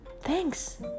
Thanks